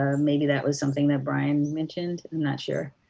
um maybe that was something that brian mentioned. i'm not sure.